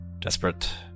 desperate